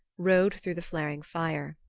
rode through the flaring fire.